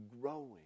growing